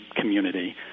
community